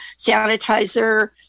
sanitizer